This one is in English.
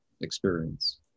experience